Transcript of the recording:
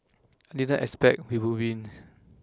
I didn't expect we would win